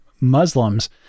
Muslims